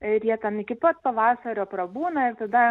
ir jie ten iki pat pavasario prabūna ir tada